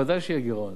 ודאי שיהיה גירעון.